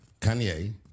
Kanye